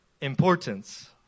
importance